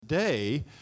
Today